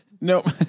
Nope